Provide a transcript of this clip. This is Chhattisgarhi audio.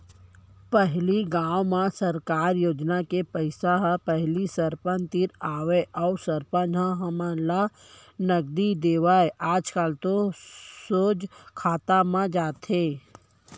पहिली गाँव में सरकार योजना के पइसा ह पहिली सरपंच तीर आवय अउ सरपंच ह मनसे ल नगदी देवय आजकल तो सोझ खाता म जाथे